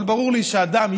אבל ברור לי שאדם,